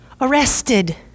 arrested